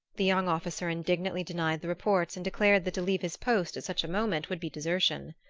the young officer indignantly denied the reports and declared that to leave his post at such a moment would be desertion.